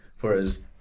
whereas